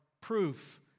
proof